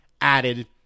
added